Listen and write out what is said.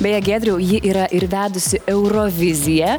beje giedriau ji yra ir vedusi euroviziją